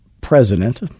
president